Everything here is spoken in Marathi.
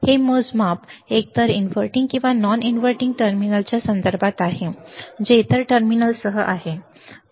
हे मोजमाप एकतर इनव्हर्टिंग किंवा नॉन इनव्हर्टिंग टर्मिनलच्या संदर्भात आहे जे इतर टर्मिनलसह आहे ठीक आहे